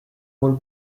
rôle